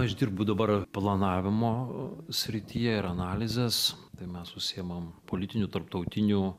aš dirbu dabar planavimo srityje ir analizės tai mes užsiimam politinių tarptautinių